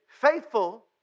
faithful